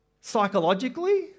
psychologically